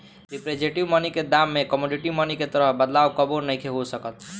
representative money के दाम में कमोडिटी मनी के तरह बदलाव कबो नइखे हो सकत